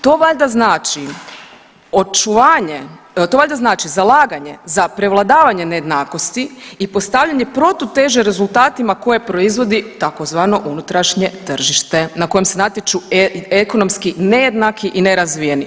To valjda znači očuvanje, to valjda znači zalaganje za prevladavanje nejednakosti i postavljanje protuteže rezultatima koje proizvodi tzv. unutrašnje tržište na kojem se natječu ekonomski nejednaki i nerazvijeni.